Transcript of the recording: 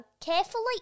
carefully